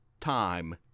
time